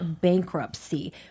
bankruptcy